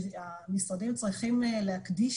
שהמשרדים צריכים להקדיש